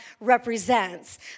represents